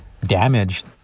damaged